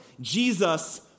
Jesus